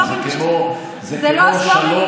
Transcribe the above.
זה לא סלוגנים,